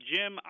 Jim